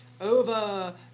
over-